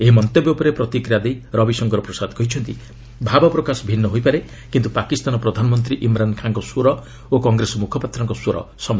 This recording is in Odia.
ଏହି ମନ୍ତବ୍ୟ ଉପରେ ପ୍ରତିକ୍ରିୟା ଦେଇ ରବିଶଙ୍କର ପ୍ରସାଦ କହିଛନ୍ତି ଭାବ ପ୍ରକାଶ ଭିନ୍ନ ହୋଇପାରେ କିନ୍ତୁ ପାକିସ୍ତାନ ପ୍ରଧାନମନ୍ତ୍ରୀ ଇମ୍ରାନ୍ ଖାନ୍ଙ୍କ ସ୍ୱର ଓ କଂଗ୍ରେସ ମୁଖପାତ୍ରଙ୍କ ସ୍ୱର ସମାନ